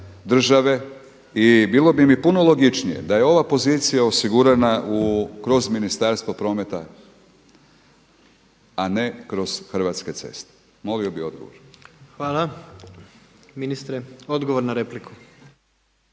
države i bilo bi mi puno logičnije da je ova pozicija osigurana kroz Ministarstvo prometa, a ne kroz Hrvatske ceste. Molio bih odgovor. **Jandroković,